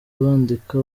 bandika